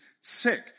sick